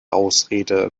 ausrede